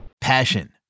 Passion